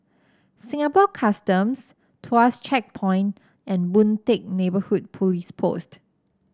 Singapore Customs Tuas Checkpoint and Boon Teck Neighbourhood Police Post